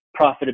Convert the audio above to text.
profitability